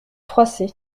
froissée